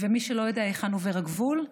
ומי שלא יודע היכן עובר הגבול,